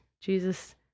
Jesus